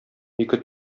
ике